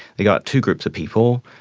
they got two groups of people.